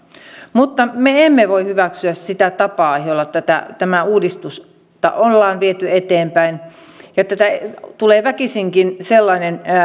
mutta me emme voi hyväksyä sitä tapaa jolla tätä uudistusta ollaan viety eteenpäin tässä tulee väkisinkin sellainen